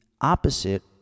Opposite